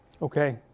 Okay